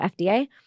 FDA